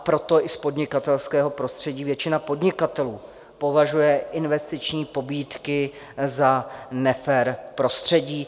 Proto i z podnikatelského prostředí většina podnikatelů považuje investiční pobídky za nefér prostředí.